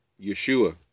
Yeshua